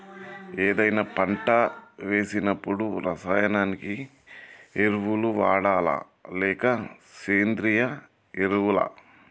ఏదైనా పంట వేసినప్పుడు రసాయనిక ఎరువులు వాడాలా? లేక సేంద్రీయ ఎరవులా?